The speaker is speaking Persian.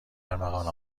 ارمغان